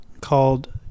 called